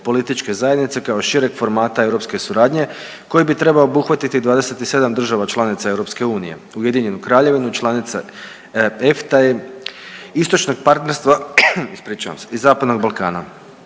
političke zajednice kao šireg formata europske suradnje koji bi trebao obuhvatiti 27 država članica EU, Ujedinjenu Kraljevinu, članice EFTA-e, istočnog partnerstva, ispričavam se i Zapadnog Balkana.